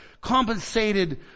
Compensated